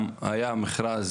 גם היה מכרז